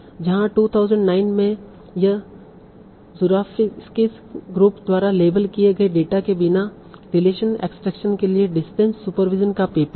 जहां 2009 में यह Jurafskys ग्रुप द्वारा लेबल किए गए डेटा के बिना रिलेशन एक्सट्रैक्शन के लिए डिस्टेंट सुपरविज़न का पेपर था